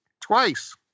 Twice